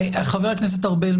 חבר הכנסת ארבל,